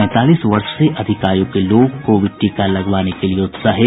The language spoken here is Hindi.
पैंतालीस वर्ष से अधिक आयू के लोग कोविड टीका लगवाने के लिए उत्साहित